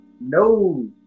no